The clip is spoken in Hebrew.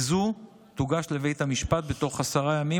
וזו תוגש לבית המשפט בתוך עשרה ימים,